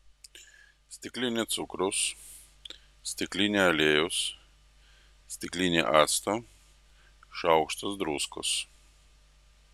stiklinė cukraus stiklinė aliejaus stiklinė acto šaukštas druskos